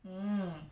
mm